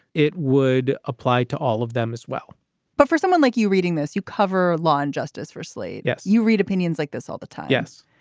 it would apply to all of them as well but for someone like you reading this, you cover law and justice for slate. yeah. you read opinions like this all the time. yes.